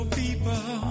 people